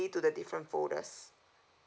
to the different folders